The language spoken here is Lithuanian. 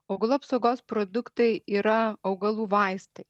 augalų apsaugos produktai yra augalų vaistai